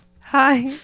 hi